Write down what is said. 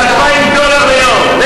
ב-2,000 דולר ליום.